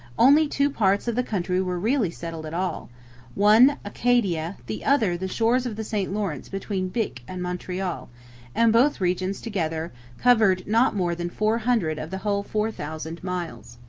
only two parts of the country were really settled at all one acadia, the other the shores of the st lawrence between bic and montreal and both regions together covered not more than four hundred of the whole four thousand miles.